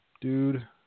dude